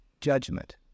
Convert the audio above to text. Judgment